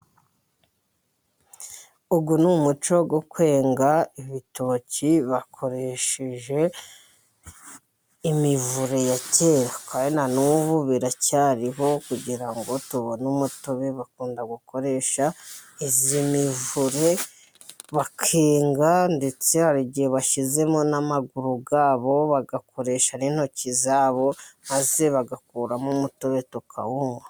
Uyi n'umuco wo gukwenga ibitoki bakoresheje imivure ya kera, kandi na n'ubu biracyariho kugira ngo tubone umutobe. Bakunda gukoresha iyi mivure bakenga ndetse hari igihe bashyizemo n'amaguru yabo, bagakoresha n'intoki zabo maze bagakuramo umutobe tukawumwa.